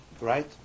right